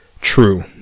True